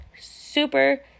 super